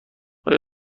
آیا